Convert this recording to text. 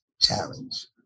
challenge